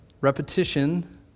Repetition